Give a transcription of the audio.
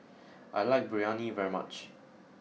I like Biryani very much